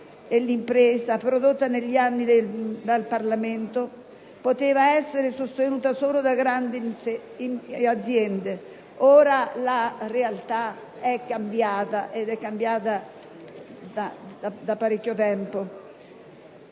sull'impresa prodotta negli anni dal Parlamento poteva essere sostenuta solo dalle grandi aziende. Ora la realtà è cambiata, e da parecchio tempo: